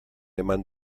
eman